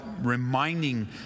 reminding